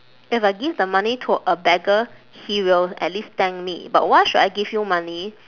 if I give the money to a beggar he will at least thank me but why should I give you money